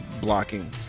blocking